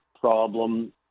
problem